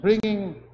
bringing